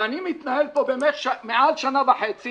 ואני מתנהל פה מעל שנה וחצי